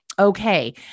Okay